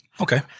Okay